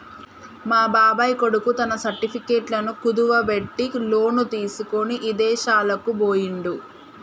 మా బాబాయ్ కొడుకు తన సర్టిఫికెట్లను కుదువబెట్టి లోను తీసుకొని ఇదేశాలకు బొయ్యిండు